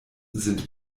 sind